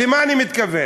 למה אני מתכוון?